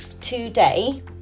today